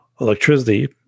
electricity